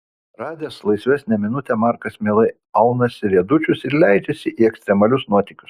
radęs laisvesnę minutę markas mielai aunasi riedučius ir leidžiasi į ekstremalius nuotykius